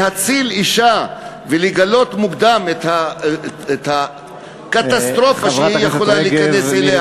להציל אישה ולגלות מוקדם את הקטסטרופה שהיא יכולה להיכנס אליה,